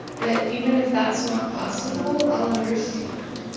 but even if that's not possible, i'll understand